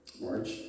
March